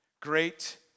Great